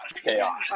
Chaos